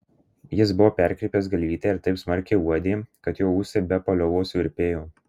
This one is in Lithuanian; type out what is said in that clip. jis buvo perkreipęs galvytę ir taip smarkiai uodė kad jo ūsai be paliovos virpėjo